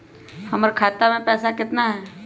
हमर खाता मे पैसा केतना है?